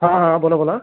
हां हां बोला बोला